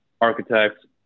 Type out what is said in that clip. architects